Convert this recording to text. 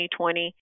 2020